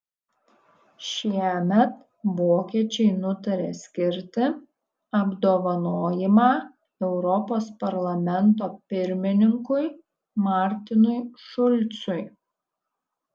šiemet vokiečiai nutarė skirti apdovanojimą europos parlamento pirmininkui martinui šulcui